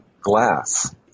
glass